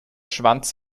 schwanz